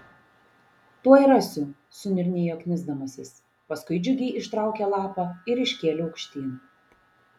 tuoj rasiu suniurnėjo knisdamasis paskui džiugiai ištraukė lapą ir iškėlė aukštyn